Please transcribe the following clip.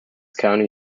county